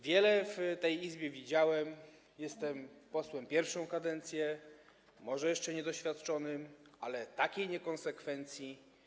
Wiele w tej Izbie widziałem, jestem posłem pierwszą kadencję, może jeszcze niedoświadczonym, ale takiej niekonsekwencji.